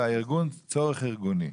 אלא צורך ארגוני.